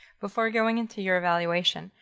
before going into your evaluation?